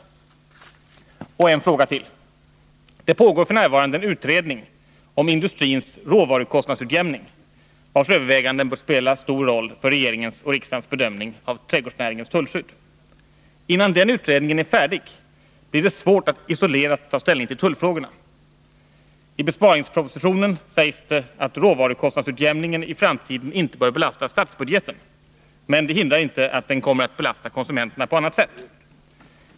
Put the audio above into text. Jag har en fråga till. Det pågår f.n. en utredning om industrins råvarukostnadsutjämning, vars överväganden bör spela en stor roll för regeringens och riksdagens bedömning av trädgårdsnäringsutredningens förslag om tullskydd. Innan utredningen om råvarukostnadsutjämningen är färdig blir det svårt att isolerat ta ställning till tullfrågorna. I besparingspropositionen sägs att råvarukostnadsutjämningen i framtiden inte bör belasta statsbudgeten, men det hindrar inte att den på annat sätt kommer att belasta konsumenterna.